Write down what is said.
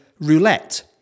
roulette